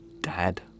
Dad